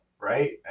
right